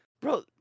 Bro